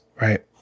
right